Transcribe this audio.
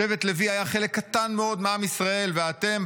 שבט לוי היה חלק קטן מאוד מעם ישראל ואתם,